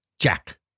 Jack